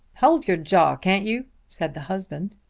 hold your jaw, can't you? said the husband.